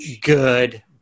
good